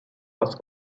was